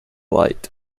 light